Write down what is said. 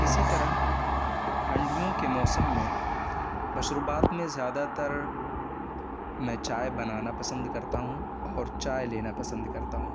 اسی طرح ٹھنڈیوں کے موسم میں مشروبات میں زیادہ تر میں چائے بنانا پسند کرتا ہوں اور چائے لینا پسند کرتا ہوں